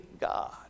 God